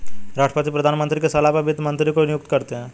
राष्ट्रपति प्रधानमंत्री की सलाह पर वित्त मंत्री को नियुक्त करते है